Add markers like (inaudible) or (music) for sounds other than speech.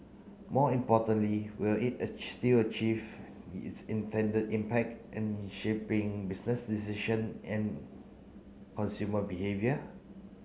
more importantly will it (unintelligible) still achieve its intended impact in shaping business decision and consumer behaviour